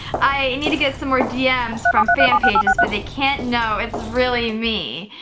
i need to get some more dms from fan pages but they can't know it's really me.